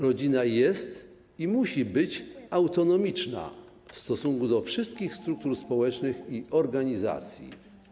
Rodzina jest i musi być autonomiczna w stosunku do wszystkich struktur społecznych i organizacji.